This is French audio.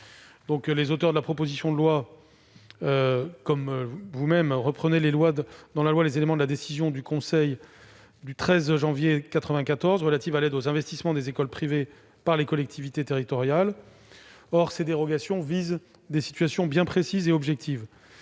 Les auteurs de la présente proposition de loi et du présent amendement entendent reprendre, dans la loi, les éléments de la décision du Conseil du 13 janvier 1994 relative à l'aide aux investissements des écoles privées par les collectivités territoriales. Or ces dérogations visent des situations bien précises et objectives